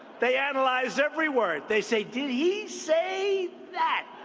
they analyze every word. they say, did he say that?